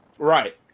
Right